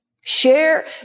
share